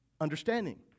understanding